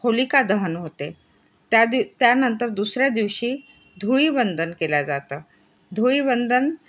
होलिका दहन होते त्या दिव त्यानंतर दुसऱ्या दिवशी धुळीवंदन केल्या जातं धुळीवंदन